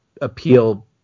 appeal